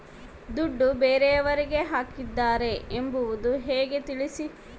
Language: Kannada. ದುಡ್ಡು ಬೇರೆಯವರಿಗೆ ಹಾಕಿದ್ದಾರೆ ಎಂಬುದು ಹೇಗೆ ತಿಳಿಸಿ?